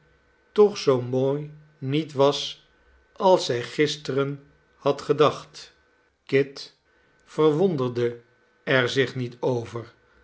toch zoo mooi niet was als zij gisteren had gedacht kit verwonderde er zich niet over